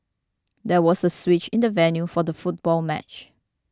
there was a switch in the venue for the football match